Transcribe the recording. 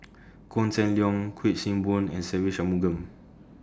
Koh Seng Leong Kuik Swee Boon and Se Ve Shanmugam